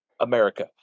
America